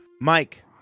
Mike